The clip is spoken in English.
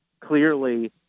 clearly